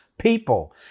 people